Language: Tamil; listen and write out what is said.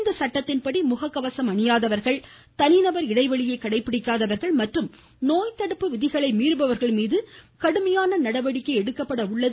இச்சட்டத்தின்படி முககவசம் அணியாதவர்கள் தனிநபர் இடைவெளியை கடைபிடிக்காதவர்கள் மற்றும் நோய் தடுப்பு விதிகளை மீறுபவர்கள் மீது கடுமையான நடவடிக்கை எடுக்கப்பட உள்ளது